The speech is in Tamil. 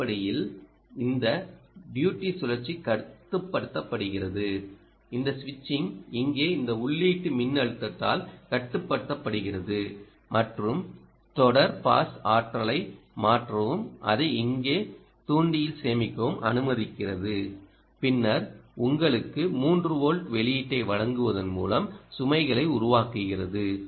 அடிப்படையில் இந்த டியூடி சுழற்சி கட்டுப்படுத்தப்படுகிறது இந்த சுவிட்சிங் இங்கே இந்த உள்ளீட்டு மின்னழுத்தத்தால் கட்டுப்படுத்தப்படுகிறது மற்றும் தொடர் பாஸ் ஆற்றலை மாற்றவும் அதை இங்கே தூண்டியில் சேமிக்கவும் அனுமதிக்கிறது பின்னர் உங்களுக்கு 3 வோல்ட் வெளியீட்டை வழங்குவதன் மூலம் சுமைகளை உருவாக்குகிறது